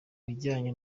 bijyanye